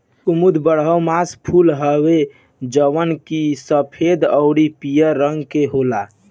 कुमुद बारहमासा फूल हवे जवन की सफ़ेद अउरी पियर रंग के होला